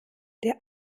der